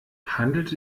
handelt